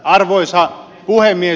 arvoisa puhemies